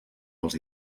els